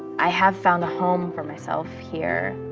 i have found a home for myself here.